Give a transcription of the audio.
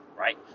right